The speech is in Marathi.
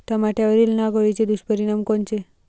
टमाट्यावरील नाग अळीचे दुष्परिणाम कोनचे?